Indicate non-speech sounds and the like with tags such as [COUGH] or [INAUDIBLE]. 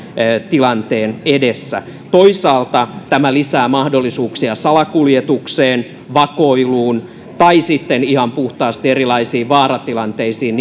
tilanteen edessä toisaalta tämä lisää mahdollisuuksia salakuljetukseen vakoiluun tai sitten ihan puhtaasti erilaisiin vaaratilanteisiin [UNINTELLIGIBLE]